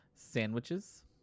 Sandwiches